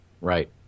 Right